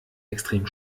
extrem